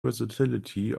versatility